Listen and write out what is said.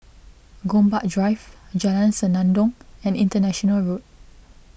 Gombak Drive Jalan Senandong and International Road